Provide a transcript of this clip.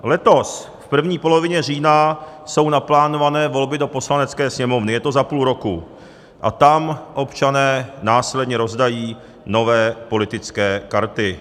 Letos v první polovině října jsou naplánované volby do Poslanecké sněmovny je to za půl roku a tam občané následně rozdají nové politické karty.